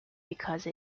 because